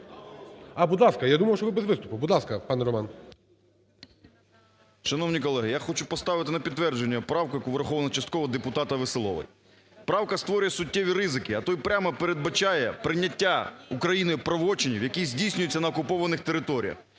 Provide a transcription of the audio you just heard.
А, будь ласка, я думав, що ви без виступу. Будь ласка, пане Роман. 14:00:40 СЕМЕНУХА Р.С. Шановні колеги, я хочу поставити на підтвердження правку, яку враховано частково депутата Веселової. Правка створює суттєві ризики, а то й прямо передбачає прийняття Україною правочинів, які здійснюються на окупованих територіях.